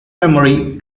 memory